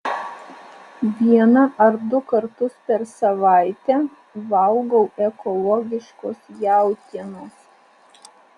vieną ar du kartus per savaitę valgau ekologiškos jautienos